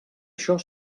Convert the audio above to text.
això